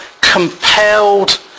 compelled